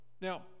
Now